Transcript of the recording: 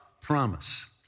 promise